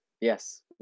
yes